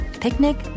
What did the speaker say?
Picnic